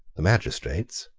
the magistrates,